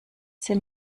sie